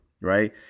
right